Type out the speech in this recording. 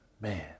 Man